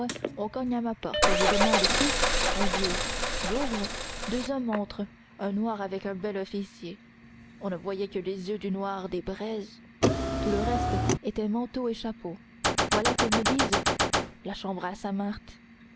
on cogne à ma porte je demande qui on jure j'ouvre deux hommes entrent un noir avec un bel officier on ne voyait que les yeux du noir deux braises tout le reste était manteau et chapeau voilà qu'ils me disent la chambre à sainte marthe